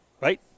right